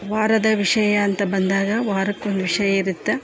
ವಾರದ ವಿಷಯ ಅಂತ ಬಂದಾಗ ವಾರಕ್ಕೊಂದು ವಿಷಯ ಇರುತ್ತೆ